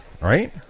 right